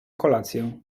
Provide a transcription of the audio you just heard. kolację